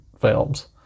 films